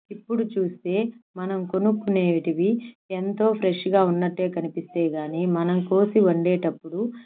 ఇప్పుడు చూస్తే మనం కొనుక్కునేటివి ఎంతో ఫ్రెష్గా ఉన్నట్టే కనిపిస్తే కాని మనం కోసి వండేటప్పుడు